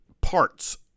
parts